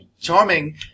charming